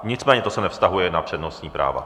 Nicméně to se nevztahuje na přednostní práva.